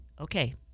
okay